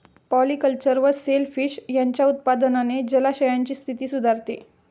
polyculture व shellfish यांच्या उत्पादनाने जलाशयांची स्थिती सुधारते